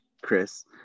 Chris